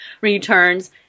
returns